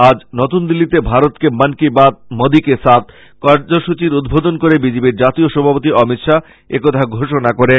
আজ নতুন দিল্লীতে ভারতকে মন কী বাত মোদী কে সাথ কার্যসূচীর উদ্ধোধন করে বিজেপির জাতীয় সভাপতি অমিত শ্বাহ একথা ঘোষনা করেন